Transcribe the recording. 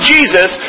Jesus